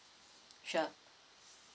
sure